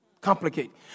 Complicate